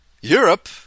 Europe